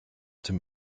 dem